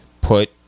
put